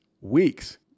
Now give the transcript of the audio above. weeks